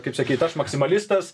kaip sakyt aš maksimalistas